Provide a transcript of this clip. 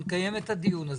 נקיים את הדיון.